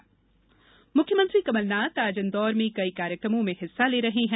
कमलनाथ इन्दौर मुख्यमंत्री कमलनाथ आज इंदौर में कई कार्यक्रमों में हिस्सा ले रहे हैं